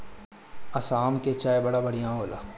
आसाम के चाय बड़ा बढ़िया होला